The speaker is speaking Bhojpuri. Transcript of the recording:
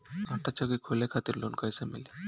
आटा चक्की खोले खातिर लोन कैसे मिली?